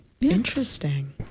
Interesting